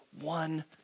one